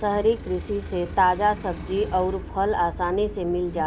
शहरी कृषि से ताजा सब्जी अउर फल आसानी से मिल जाला